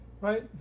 right